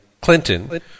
Clinton